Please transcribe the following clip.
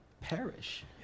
perish